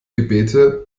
gebete